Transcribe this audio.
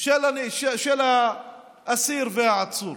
של האסיר והעצור.